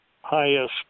highest